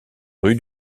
rue